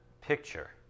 picture